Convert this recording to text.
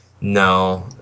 No